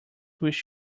wish